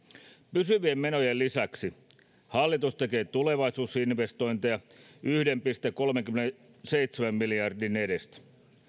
pysyvien menojen lisäksi hallitus tekee tulevaisuusinvestointeja yhden pilkku kolmenkymmenenseitsemän miljardin edestä